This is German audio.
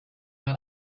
man